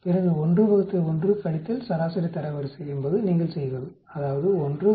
பிறகு 1 ÷1 சராசரி தரவரிசை என்பது நீங்கள் செய்வது அதாவது 1 ÷1 0